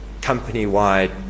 company-wide